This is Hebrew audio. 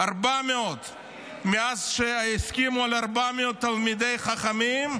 400. מאז שהסכימו על 400 תלמידי חכמים,